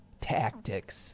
tactics